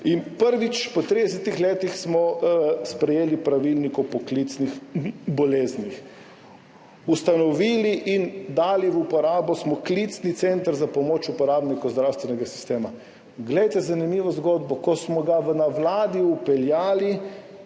In prvič po 30 letih smo sprejeli pravilnik o poklicnih boleznih. Ustanovili in dali v uporabo smo klicni center za pomoč uporabnikom zdravstvenega sistema. Glejte zanimivo zgodbo, ko smo ga na Vladi vpeljali,